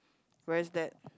where is that